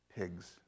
pigs